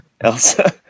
Elsa